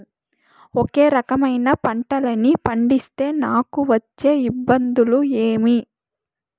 ఒకే రకమైన పంటలని పండిస్తే నాకు వచ్చే ఇబ్బందులు ఏమి?